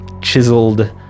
chiseled